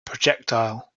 projectile